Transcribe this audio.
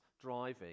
driving